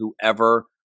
whoever